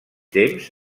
temps